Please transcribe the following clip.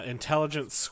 Intelligence